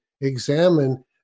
examine